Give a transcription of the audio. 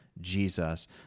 Jesus